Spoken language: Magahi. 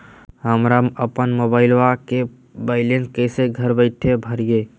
हमरा अपन मोबाइलबा के बैलेंस कैसे घर बैठल भरिए?